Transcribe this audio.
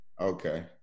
Okay